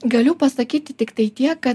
galiu pasakyti tiktai tiek kad